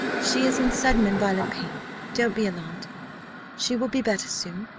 she is in sudden and violent pain don't be alarmed she will be better soon.